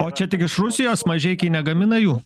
o čia tik iš rusijos mažeikiai negamina jų